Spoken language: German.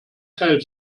teil